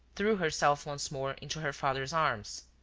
threw herself once more into her father's arms.